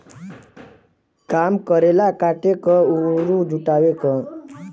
काम करेला काटे क अउर जुटावे क